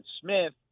Smith